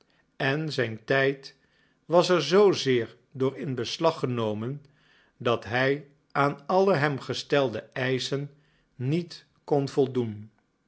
en zijn tijd was er zoozeer door in beslag genomen dat hij aan alle hem gestelde eischen niet kon voldoen